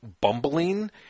bumbling